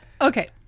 Okay